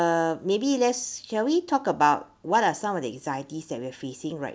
maybe let's shall we talk about what are some of the anxieties that we're facing right